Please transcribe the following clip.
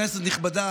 כנסת נכבדה,